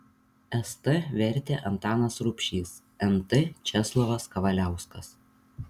st vertė antanas rubšys nt česlovas kavaliauskas